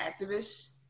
activists